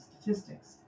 statistics